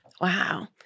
Wow